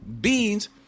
Beans